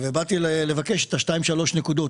כשבאתי לבקש את השתיים-שלוש נקודות,